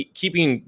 keeping